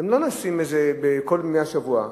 הן לא נעשות בכל ימי השבוע,